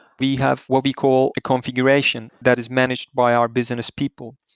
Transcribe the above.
we have what we call the configuration that is managed by our business people.